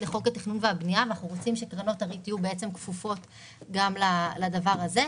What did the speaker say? אנחנו רוצים שקרנות הריט יהיו כפופות גם לדבר הזה.